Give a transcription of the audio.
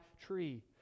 tree